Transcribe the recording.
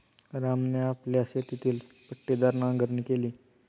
रामने आपल्या शेतातील पट्टीदार नांगरणी केली